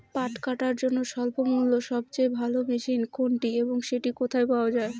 পাট কাটার জন্য স্বল্পমূল্যে সবচেয়ে ভালো মেশিন কোনটি এবং সেটি কোথায় পাওয়া য়ায়?